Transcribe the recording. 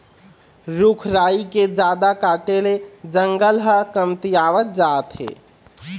रूख राई के जादा काटे ले जंगल ह कमतियावत जात हे